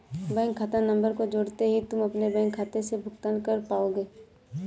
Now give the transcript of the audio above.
bank खाता number को जोड़ते ही तुम अपने बैंक खाते से भुगतान कर पाओगे